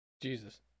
Jesus